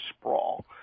sprawl